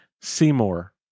Seymour